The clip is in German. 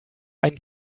einen